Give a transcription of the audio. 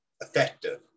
effective